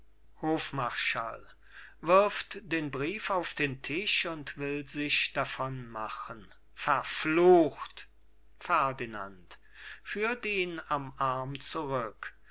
hofmarschall wirft den brief auf den tisch und will sich davon machen verflucht ferdinand